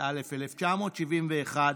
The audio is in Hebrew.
1971,